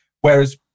Whereas